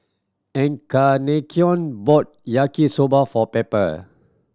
Encarnacion bought Yaki Soba for Pepper